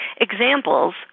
Examples